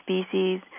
species